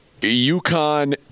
UConn